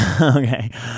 Okay